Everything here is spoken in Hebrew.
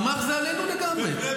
ממ"ח זה עלינו לגמרי.